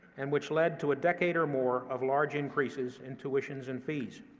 and which led to a decade or more of large increases in tuitions and fees.